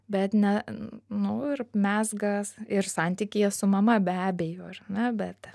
bet ne nu ir mezgas ir santykyje su mama be abejo ar ne bet